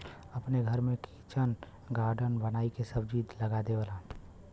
अपने घर में किचन गार्डन बनाई के सब्जी लगा देलन